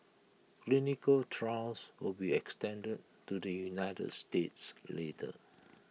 clinical trials will be extended to the united states later